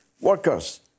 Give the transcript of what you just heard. workers